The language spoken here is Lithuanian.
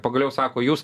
pagaliau sako jūs